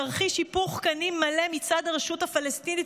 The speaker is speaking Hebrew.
תרחיש היפוך קנים מלא מצד הרשות הפלסטינית